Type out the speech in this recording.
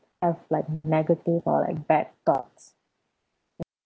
have like negative or like bad thoughts